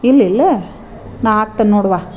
ಇಲ್ಲ ಇಲ್ವಾ ನಾನು ಹಾಕ್ತೇನ್ ನೋಡುವ